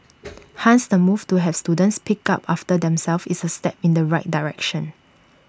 hence the move to have students pick up after themselves is A step in the right direction